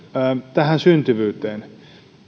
tähän syntyvyyteen